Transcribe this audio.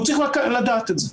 והוא צריך לדעת את זה.